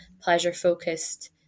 pleasure-focused